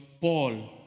Paul